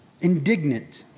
indignant